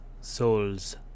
Souls